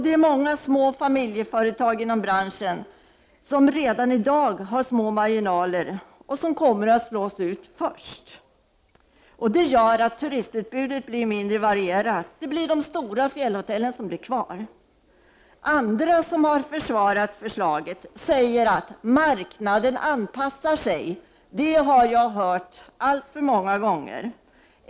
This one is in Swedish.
Det är många små familjeföretag inom branschen som redan i dag har små marginaler som kommer att slås ut först. Det gör att turistutbudet blir mindre varierat. Det blir de stora fjällhotellen som blir kvar. Andra som har försvarat förslaget säger att marknaden anpassar sig. Det har jag hört alldeles för många gånger.